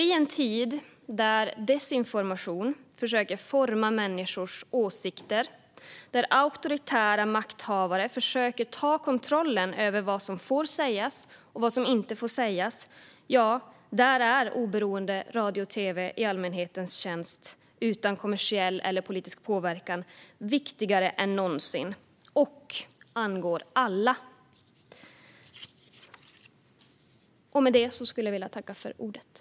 I en tid där man med desinformation försöker forma människors åsikter och auktoritära makthavare försöker ta kontrollen över vad som får sägas och vad som inte får sägas, ja, där är oberoende radio och tv i allmänhetens tjänst utan kommersiell eller politisk påverkan viktigare än någonsin och något som angår alla.